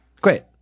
great